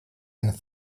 and